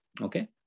Okay